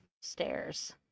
Stairs